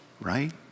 right